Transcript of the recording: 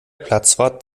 platzwart